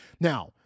Now